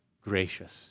gracious